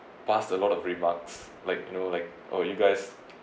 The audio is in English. passed a lot of remarks like you know like oh you guys